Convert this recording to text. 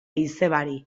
izebari